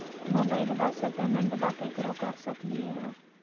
मोबाइलबा से पेमेंटबा केकरो कर सकलिए है?